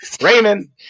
Raymond